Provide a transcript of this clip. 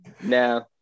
no